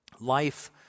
life